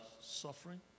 suffering